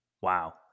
Wow